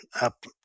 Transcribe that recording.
up